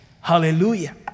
Hallelujah